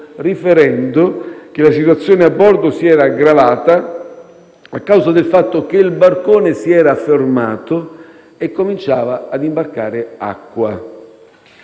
riferendo che la situazione a bordo si era aggravata a causa del fatto che il barcone si era fermato e cominciava ad imbarcare acqua.